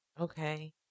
okay